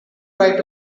write